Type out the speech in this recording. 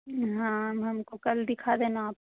हाँ अब हमको कल दिखा देना आप